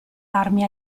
armi